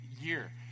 year